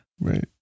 Right